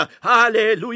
hallelujah